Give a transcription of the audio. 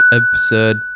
absurd